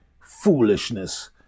foolishness